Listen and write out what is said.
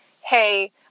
hey